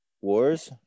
wars